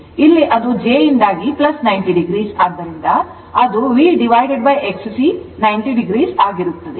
ಇಲ್ಲಿ ಅದು j ಯಿಂದಾಗಿ 90 o ಆದ್ದರಿಂದ ಅದು VXC 90o ಆಗಿರುತ್ತದೆ